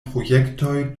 projektoj